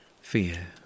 Fear